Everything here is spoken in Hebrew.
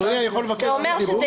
כלומר אנחנו כורכים את מס היוקרה.